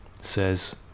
says